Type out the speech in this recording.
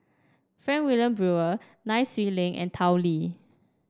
Frank Wilmin Brewer Nai Swee Leng and Tao Li